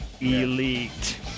Elite